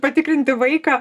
patikrinti vaiką